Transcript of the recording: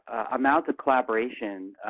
amounts collaboration,